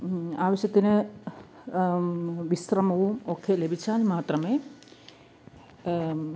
ആവശ്യത്തിന് വിശ്രമവും ഒക്കെ ലഭിച്ചാൽ മാത്രമേ